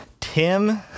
Tim